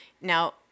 Now